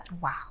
Wow